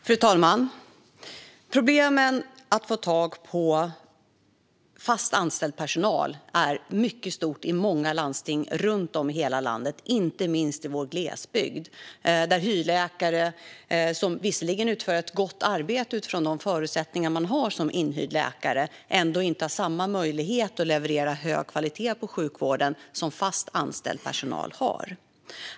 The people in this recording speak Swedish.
Fru talman! Problemet med att få tag på fast anställd personal är mycket stort i många landsting runtom i hela landet, inte minst i vår glesbygd. Där utför hyrläkare visserligen ett gott arbete utifrån de förutsättningar man har som inhyrd läkare, men man har ändå inte samma möjlighet att leverera hög kvalitet på sjukvården som fast anställd personal har.